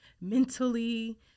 mentally